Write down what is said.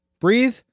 breathe